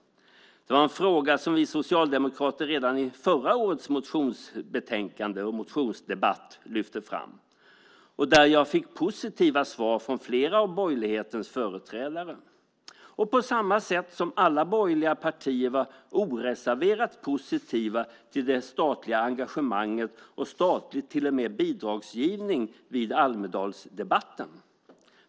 Det var en fråga som vi socialdemokrater lyfte fram redan i förra årets motionsbetänkande och motionsdebatt och där jag fick positiva svar från flera av borgerlighetens företrädare. På samma sätt var alla borgerliga partier i Almedalsdebatten oreserverat positiva till det statliga engagemanget och till och med till statlig bidragsgivning.